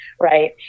Right